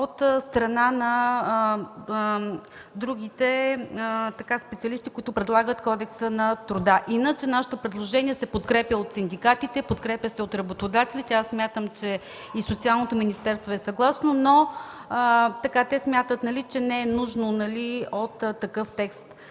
от страна на другите специалисти, който предлага Кодекса на труда. Нашето предложение се подкрепя от синдикатите, подкрепя се и от работодателите. Аз смятам, че и Социалното министерство е съгласно, но те смятат, че няма нужда от такъв текст.